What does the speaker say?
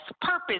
purpose